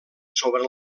sobre